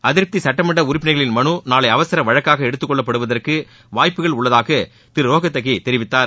அதிருப்தி சுட்டமன்ற உறுப்பினர்களின் மனு நாளை அவசர வழக்காக எடுத்துக்கொள்ளப்படுவதற்கு வாய்ப்புகள் உள்ளதாக திரு ரோஹத்தகி தெரிவித்தார்